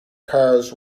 cars